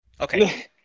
Okay